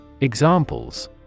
Examples